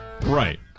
Right